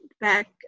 back